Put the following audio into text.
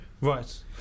Right